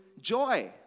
joy